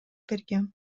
бергем